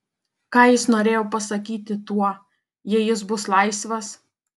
ką jis norėjo pasakyti tuo jei jis bus laisvas